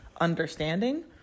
understanding